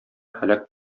һәлак